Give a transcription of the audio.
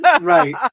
Right